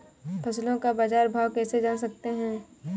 फसलों का बाज़ार भाव कैसे जान सकते हैं?